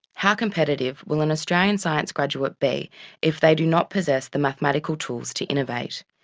how competitive will an australian science graduate be if they do not possess the mathematical tools to innovate?